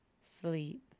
sleep